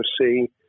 see